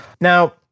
Now